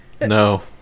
No